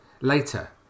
Later